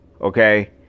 Okay